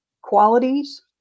qualities